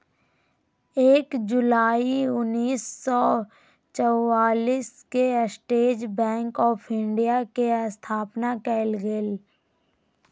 एक जुलाई उन्नीस सौ चौआलिस के स्टेट बैंक आफ़ इंडिया के स्थापना कइल गेलय